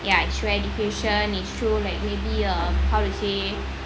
ya is where education is through like maybe a how to say